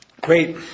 Great